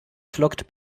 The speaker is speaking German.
flockt